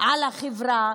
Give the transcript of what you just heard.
על החברה,